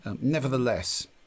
Nevertheless